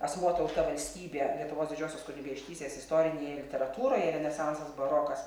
asmuo tauta valstybė lietuvos didžiosios kunigaikštystės istorinėje literatūroje renesansas barokas